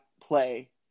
play